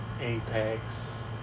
Apex